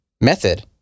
method